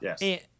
yes